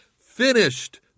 finished